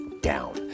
down